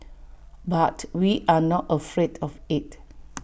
but we are not afraid of IT